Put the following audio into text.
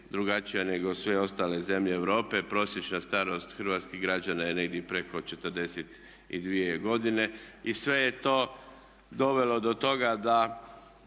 drugačija nego sve ostale zemlje Europe. Prosječna starost hrvatskih građana je negdje preko 42 godine i sve je to dovelo do toga da